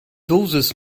dosis